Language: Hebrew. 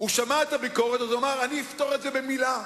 אז הוא אמר: אני אפתור את זה במלה.